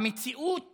המציאות